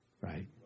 Right